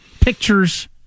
pictures